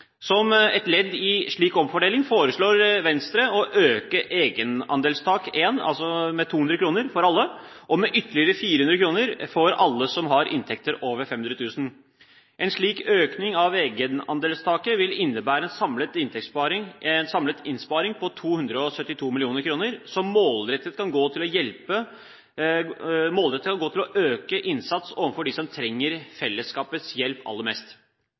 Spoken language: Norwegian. Som et ledd i en slik omfordeling foreslår Venstre å øke egenandelstak I med 200 kr for alle, og med ytterligere 400 kr for alle som har inntekter over 500 000 kr. En slik økning av egenandelstaket vil innebære en samlet innsparing på 272 mill. kr, som målrettet kan gå til å øke innsatsen overfor dem som trenger fellesskapets hjelp aller mest.